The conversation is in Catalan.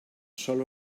sòl